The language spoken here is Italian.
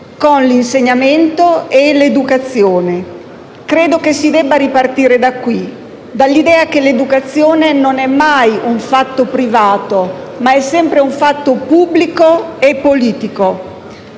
con l'insegnamento e l'educazione. Credo che si debba ripartire da qui, dall'idea che l'educazione non è mai un fatto privato, ma è sempre un fatto pubblico e politico.